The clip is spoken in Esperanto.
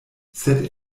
sed